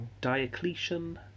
Diocletian